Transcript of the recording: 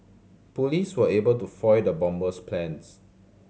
police were able to foil the bomber's plans